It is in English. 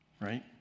right